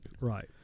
Right